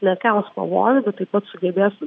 nekels pavojų taip pat sugebės